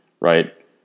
right